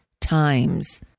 times